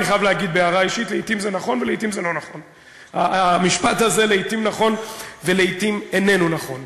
בהערה אישית אני חייב להגיד שהמשפט הזה לעתים נכון ולעתים איננו נכון.